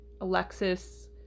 Alexis